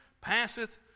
passeth